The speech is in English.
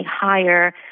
higher